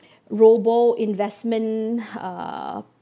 robo investment uh